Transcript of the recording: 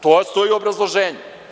To stoji u obrazloženju.